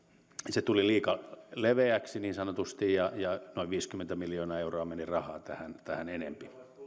se tuli liian leveäksi niin sanotusti ja noin viisikymmentä miljoonaa euroa meni tähän rahaa enempi